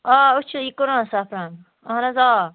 آ أسۍ چھِ یہِ کٕنان سیفران اہن حظ آ